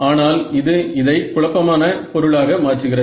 ஆனால் இது இதை குழப்பமான பொருளாக மாற்றுகிறது